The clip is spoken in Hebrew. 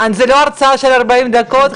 זאת לא הרצאה של 40 דקות,